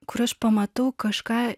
kur aš pamatau kažką